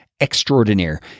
extraordinaire